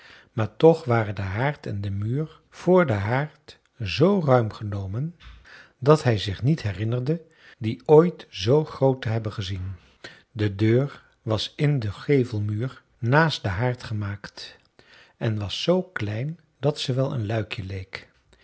maar toch waren de haard en de muur voor den haard z ruim genomen dat hij zich niet herinnerde die ooit zoo groot te hebben gezien de deur was in den gevelmuur naast den haard gemaakt en was zoo klein dat ze wel een luikje leek